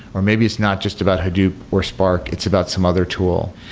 or maybe it's not just about hadoop or spark, it's about some other tool.